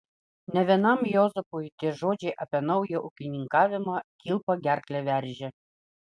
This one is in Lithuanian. ne vienam juozapui tie žodžiai apie naują ūkininkavimą kilpa gerklę veržė